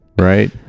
Right